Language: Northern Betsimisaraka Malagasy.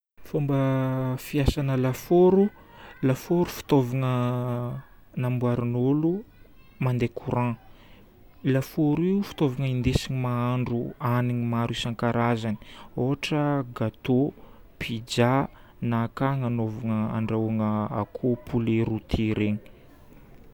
Fomba fiasana lafaoro. Lafaoro fitaovagna namboarin'olo mandeha courant. Io lafaoro io fitaovagna indesi-mahandro hanigny maro isankarazany. Ohatra: gâteau, pizza na ka anaovagna- andrahoagna akoho poulet rôti regny.